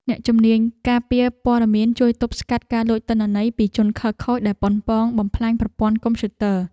អ្នកជំនាញការពារព័ត៌មានជួយទប់ស្កាត់ការលួចទិន្នន័យពីជនខិលខូចដែលប៉ុនប៉ងបំផ្លាញប្រព័ន្ធកុំព្យូទ័រ។